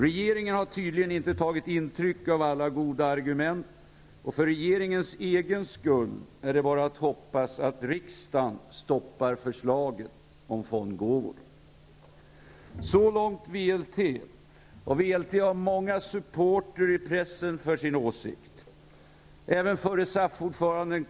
Regeringen har tydligen inte tagit intryck av alla goda argument, och för regeringens egen skull är det bara att hoppas att riksdagen stoppar förslaget om Så långt VLT, och VLT har många supportrar för sin åsikt i pressen.